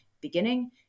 beginning